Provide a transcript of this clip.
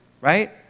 right